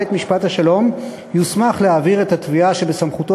בית-משפט השלום יוסמך להעביר את התביעה שבסמכותו